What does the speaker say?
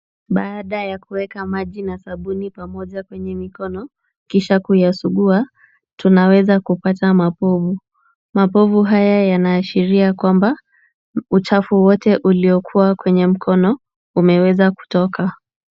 Baada ya kuweka maji na sabuni pamoja kwenye mikono kisha kuyasugua, tunaweza kupata mapovu, mapovu haya yanaashiria kwamba uchafu wote uliokuwa kwenye mkono umeweza kutoka.